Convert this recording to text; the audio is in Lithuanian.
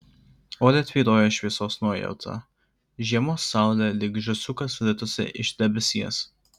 ore tvyrojo šviesos nuojauta žiemos saulė lyg žąsiukas ritosi iš debesies